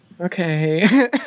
Okay